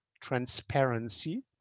transparency